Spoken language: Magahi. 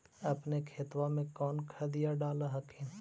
अपने खेतबा मे कौन खदिया डाल हखिन?